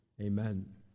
Amen